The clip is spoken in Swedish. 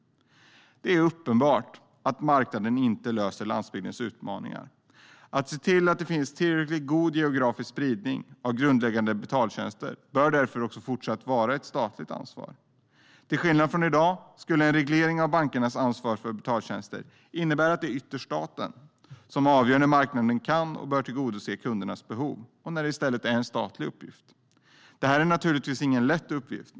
Det är uppenbart att marknaden inte löser landsbygdens utmaningar. Att se till att det finns tillräckligt god geografisk spridning av grundläggande betaltjänster bör därför fortsätta vara ett statligt ansvar. Till skillnad från i dag skulle en reglering av bankernas ansvar för betaltjänster innebära att det ytterst är staten som avgör när marknaden kan och bör tillgodose kundernas behov eller när det i stället ska vara en statlig uppgift. Det är naturligtvis ingen lätt uppgift.